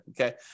okay